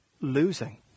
losing